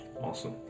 Awesome